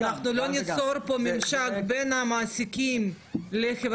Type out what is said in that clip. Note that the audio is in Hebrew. אם אנחנו לא ניצור פה ממשק בין המעסיקים לחברה